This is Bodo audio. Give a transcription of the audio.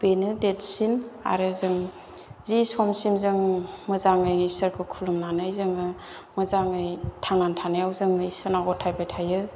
बेनो देतसिन आरो जों जि समसिम जों मोजाङै इसोरखौ खुलुमनानै जोङो मोजाङै थांनानै थानायाव जों इसोरनाव गथायबाय थायो